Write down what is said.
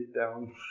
down